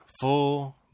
full